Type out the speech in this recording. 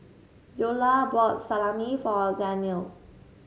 Beulah bought Salami for Danielle